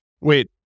Wait